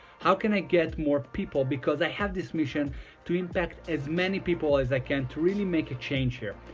how can i get more people? because i have this mission to impact as many people as i can to really make a change here.